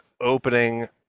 opening